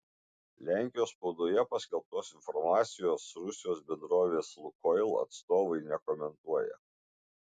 lenkijos spaudoje paskelbtos informacijos rusijos bendrovės lukoil atstovai nekomentuoja